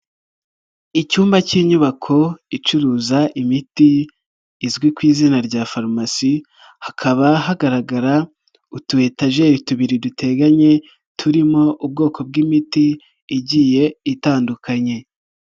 Icyumba k'inyubako icuruza imiti izwi ku izina rya farumasi hakaba hagaragara utu etageri tubiri duteganye turimo ubwoko bw'imiti igiye itandukanye.